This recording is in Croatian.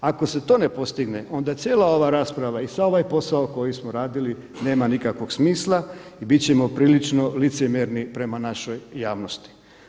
Ako se to ne postigne onda cijela ova rasprava i sav ovaj posao koji smo radili nema nikakvog smisla i bit ćemo prilično licemjerni prema našoj javnosti.